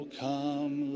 come